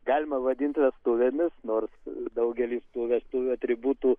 galima vadint vestuvėmis nors daugelis tų vestuvių atributų